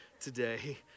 today